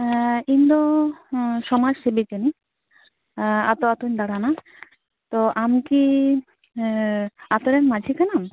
ᱤᱧ ᱫᱚ ᱥᱚᱢᱟᱡ ᱥᱮᱵᱤ ᱠᱟᱹᱱᱟᱹᱧ ᱟᱹᱛᱩ ᱟᱹᱛᱩᱧ ᱫᱟᱬᱟᱱᱟ ᱛᱚ ᱟᱢᱠᱤ ᱟᱹᱛᱩᱨᱮᱱ ᱢᱟᱺᱡᱷᱤ ᱠᱟᱱᱟᱢ